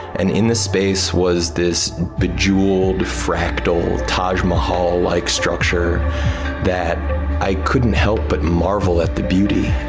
and in the space was this bejewelled, fractal, taj mahal like structure that i couldn't help but marvel at the beauty.